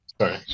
sorry